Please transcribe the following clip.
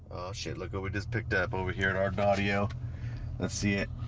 shit look what we just picked up over here at art audio let's see it